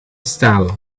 staanlamp